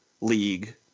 league